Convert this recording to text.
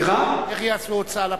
איך יעשו הוצאה לפועל?